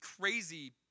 crazy